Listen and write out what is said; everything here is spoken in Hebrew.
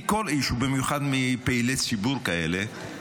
מכל איש ובמיוחד מפעילי ציבור כאלה,